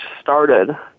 started